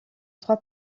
trois